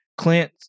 Clint